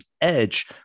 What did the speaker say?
edge